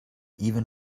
even